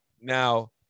now